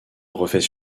refait